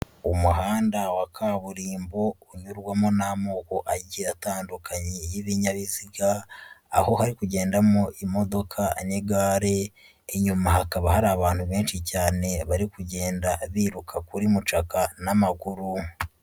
Umuhanda wa kaburimbo, unyurwamo n'amoko agiye atandukanye y'ibinyabiziga, aho hari kugendamo imodoka n'igare , inyuma hakaba hari abantu benshi cyane bari kugenda biruka kuri mucaka n'amaguru.